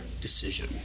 decision